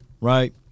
right